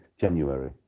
January